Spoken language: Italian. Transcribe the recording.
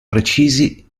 precisi